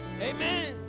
Amen